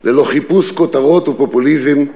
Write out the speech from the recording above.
ללא חיפוש כותרות או פופוליזם,